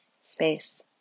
space